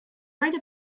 right